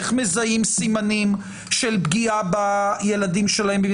איך מזהים סימנים של פגיעה בילדים שלהם.